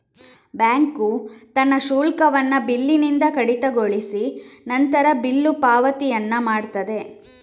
bank ತನ್ನ ಶುಲ್ಕವನ್ನ ಬಿಲ್ಲಿನಿಂದ ಕಡಿತಗೊಳಿಸಿ ನಂತರ ಬಿಲ್ಲು ಪಾವತಿಯನ್ನ ಮಾಡ್ತದೆ